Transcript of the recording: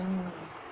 mm